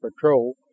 patrol